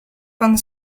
pan